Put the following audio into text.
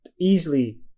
easily